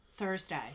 Thursday